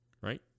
right